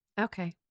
Okay